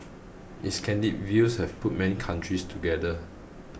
his candid views have put many countries together